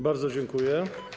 Bardzo dziękuję.